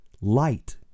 light